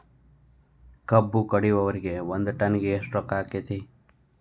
ಕಬ್ಬು ಕಡಿಯುವರಿಗೆ ಒಂದ್ ಟನ್ ಗೆ ಎಷ್ಟ್ ರೊಕ್ಕ ಆಕ್ಕೆತಿ?